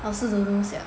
I also don't know sia